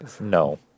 no